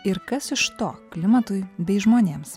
ir kas iš to klimatui bei žmonėms